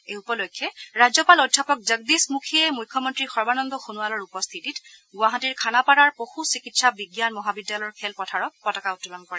এই উপলক্ষে ৰাজ্যপাল অধ্যাপক জগদীশ মুখীয়ে মুখ্যমন্ত্ৰী সৰ্বানন্দ সোণোৱালৰ উপস্থিতিত গুৱাহাটীৰ খানাপাৰাৰ পশু চিকিৎসা বিজ্ঞান মহাবিদ্যালয়ৰ খেলপথাৰ পতাকা উত্তোলন কৰে